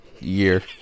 year